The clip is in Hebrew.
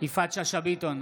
יפעת שאשא ביטון,